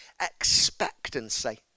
expectancy